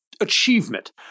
achievement